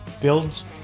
builds